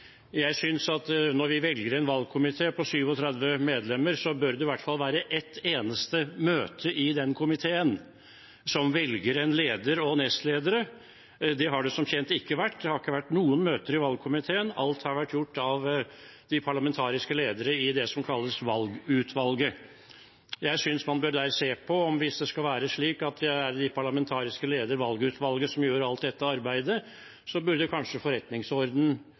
Jeg synes at når vi velger en valgkomité på 37 medlemmer, bør det i hvert fall være ett eneste møte i den komiteen som velger en leder og nestleder. Det har det som kjent ikke vært. Det har ikke vært noen møter i valgkomiteen. Alt har vært gjort av de parlamentariske ledere i det som kalles valgutvalget. Jeg synes at hvis det skal være slik at det er de parlamentariske ledere i valgutvalget som gjør alt dette arbeidet, bør man se på om forretningsordenen kanskje